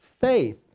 faith